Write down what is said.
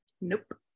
Nope